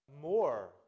more